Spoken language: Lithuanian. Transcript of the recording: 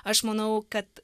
aš manau kad